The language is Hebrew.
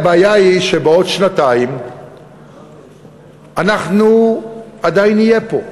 הבעיה היא שבעוד שנתיים אנחנו עדיין נהיה פה,